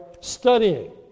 studying